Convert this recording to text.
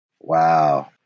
wow